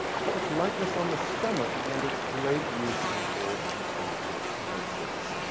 for its lightness on the stomach and its great use in all consumptive cases.